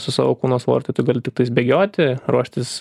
su savo kūno svoriu tai tu gali tiktais bėgioti ruoštis